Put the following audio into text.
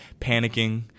panicking